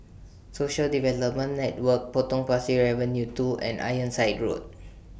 Social Development Network Potong Pasir Avenue two and Ironside Road